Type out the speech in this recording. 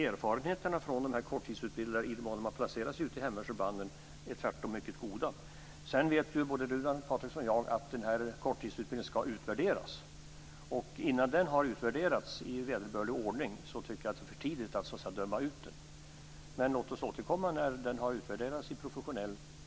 Erfarenheterna av de korttidsutbildade, i den mån de har placerats ute i hemvärnsförbanden, är mycket goda. Både Runar Patriksson och jag vet att den här korttidsutbildningen ska utvärderas. Innan den har utvärderats i vederbörlig ordning tycker jag att det är det för tidigt att döma ut den. Låt oss återkomma när den har utvärderats professionellt.